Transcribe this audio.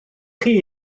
chi